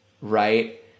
right